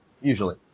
Usually